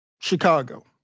Chicago